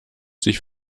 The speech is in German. sich